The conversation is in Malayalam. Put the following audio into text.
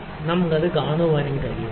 അതിനാൽ നമുക്ക് അത് കാണാൻ കഴിയും